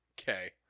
Okay